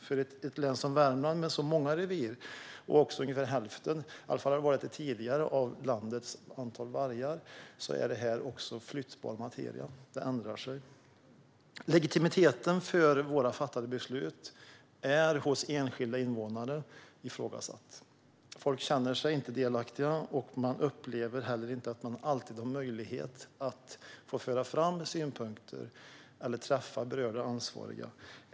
För ett län som Värmland, med många revir och ungefär hälften - i alla fall har det varit så tidigare - av landets vargar, är detta även flyttbar materia. Den ändrar sig. Legitimiteten för våra fattade beslut är hos enskilda invånare ifrågasatt. Folk känner sig inte delaktiga. Man upplever heller inte att man alltid har möjlighet att få föra fram synpunkter eller träffa berörda ansvariga.